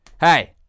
hey